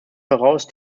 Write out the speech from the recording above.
voraus